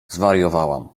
zwariowałam